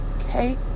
Okay